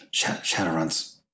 Shadowruns